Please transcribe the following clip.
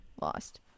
lost